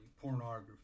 pornography